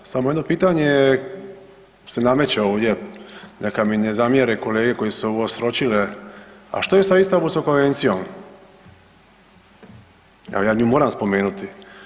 Samo jedno pitanje se nameće ovdje, neka mi ne zamjere kolege koje su ovo sročile, a što je sa Istambulskom konvencijom, evo ja nju moram spomenuti.